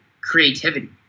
creativity